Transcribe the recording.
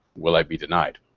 will i be denied?